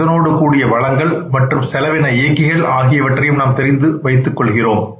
இதனோடு கூடிய வளங்கள் மற்றும் செலவின இயக்கிகள் ஆகியவற்றையும் நாம் தெரிந்து வைத்துக் கொள்கிறோம்